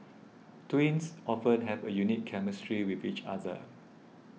twins often have a unique chemistry with each other